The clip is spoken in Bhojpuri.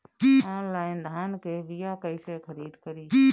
आनलाइन धान के बीया कइसे खरीद करी?